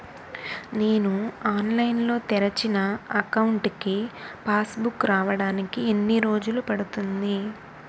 నేను ఆన్లైన్ లో తెరిచిన అకౌంట్ కి పాస్ బుక్ రావడానికి ఎన్ని రోజులు పడుతుంది?